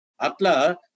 Atla